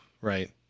right